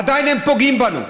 ועדיין הם פוגעים בנו.